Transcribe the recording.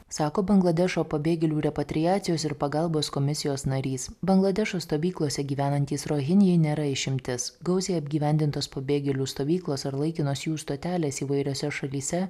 sako bangladešo pabėgėlių repatriacijos ir pagalbos komisijos narys bangladešo stovyklose gyvenantys rohinijai nėra išimtis gausiai apgyvendintos pabėgėlių stovyklos ar laikinos jų stotelės įvairiose šalyse